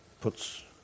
puts